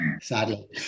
sadly